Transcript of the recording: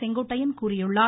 செங்கோட்டையன் கூறியுள்ளார்